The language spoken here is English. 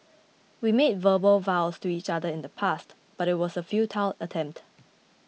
we made verbal vows to each other in the past but it was a futile attempt